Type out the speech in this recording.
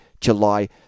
July